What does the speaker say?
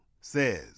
says